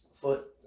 foot